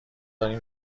داریم